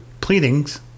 pleadings